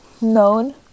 known